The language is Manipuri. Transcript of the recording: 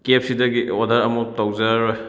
ꯀꯦꯕꯁꯤꯗꯒꯤ ꯑꯣꯗꯔ ꯑꯃꯨꯛ ꯇꯧꯖꯔꯔꯣꯏ